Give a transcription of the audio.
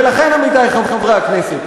ולכן, עמיתי חברי הכנסת,